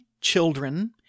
children